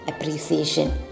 appreciation